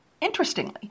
Interestingly